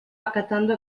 acatando